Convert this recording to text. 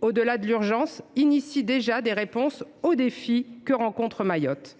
Au delà de l’urgence, ce projet de loi contient déjà des réponses aux défis auxquels Mayotte